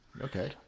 Okay